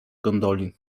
gondoli